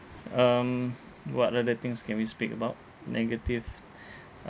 um what other things can we speak about negative